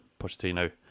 Pochettino